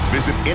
Visit